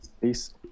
Peace